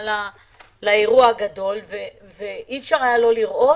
לאירוע הגדול ואי אפשר היה לא לראות